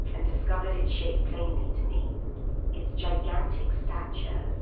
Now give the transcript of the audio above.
and discovered its shape plainly to me its gigantic stature,